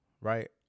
right